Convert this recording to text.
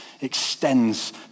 extends